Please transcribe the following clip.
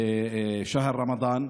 בשהר רמדאן,